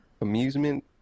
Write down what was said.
amusement